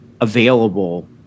available